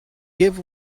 give